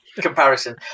comparison